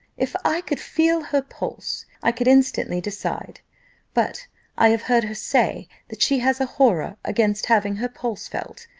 if i could feel her pulse, i could instantly decide but i have heard her say that she has a horror against having her pulse felt,